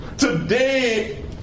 Today